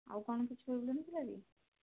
ଆଉ କ'ଣ କିଛି ପ୍ରୋବ୍ଲେମ୍ ଥିଲାକି